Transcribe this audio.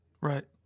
right